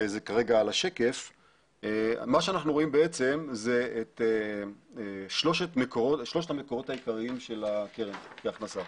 מה שאנחנו רואים בעצם זה שלושת המקורות העיקריים של הקרן להכנסה: